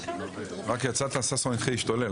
אם אתם לא הייתה לכם כוונה כזאת,